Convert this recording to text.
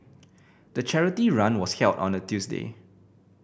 the charity run was held on a Tuesday